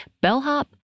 bellhop